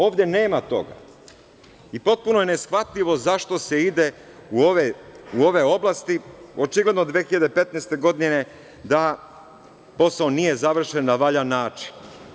Ovde nema toga i potpuno je neshvatljivo zašto se ide u ove oblasti, očigledno 2015. godine da posao nije završen na valjan način.